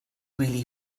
really